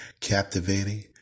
Captivating